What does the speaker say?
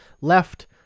left